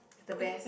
the best